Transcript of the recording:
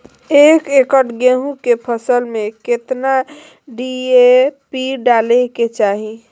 एक एकड़ गेहूं के फसल में कितना डी.ए.पी डाले के चाहि?